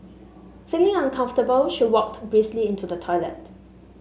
feeling uncomfortable she walked briskly into the toilet